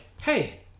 Hey